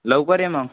लवकर ये मग